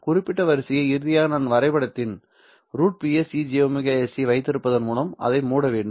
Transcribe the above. குறிப்பிட்ட வரிசையை இறுதியாக நான் வரைபடத்தில் √Ps e jωs t ஐ வைத்திருப்பதன் மூலம் அதை மூட வேண்டும்